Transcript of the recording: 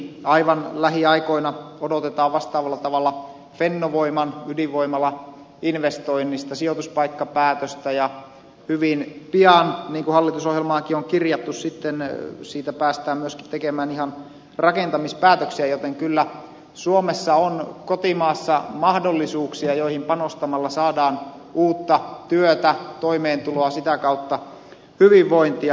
aivan lähiaikoina odotetaan vastaavalla tavalla fennovoiman ydinvoimalainvestoinnista sijoituspaikkapäätöstä ja hyvin pian niin kuin hallitusohjelmaankin on kirjattu siitä päästään myöskin tekemään ihan rakentamispäätöksiä joten kyllä suomessa on kotimaassa mahdollisuuksia joihin panostamalla saadaan uutta työtä toimeentuloa sitä kautta hyvinvointia